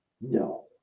No